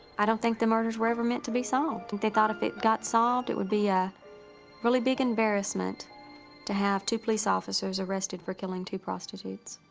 i don't think the murders were ever meant to be solved. they thought if it got solved, it would be a really big embarrassment to have two police officers arrested for killing two prostitutes.